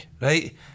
right